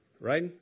right